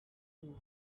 two